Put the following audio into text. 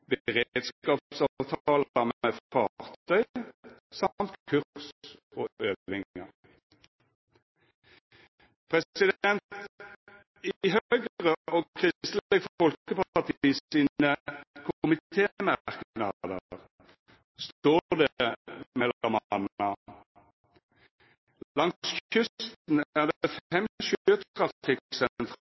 med fartøy og kurs og øvingar. I Høgre og Kristeleg Folkeparti sine komitémerknader står det m.a.: «Langs kysten er det